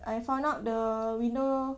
I found out the window